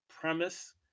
premise